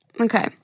Okay